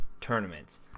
tournaments